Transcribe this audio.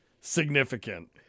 significant